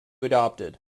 adopted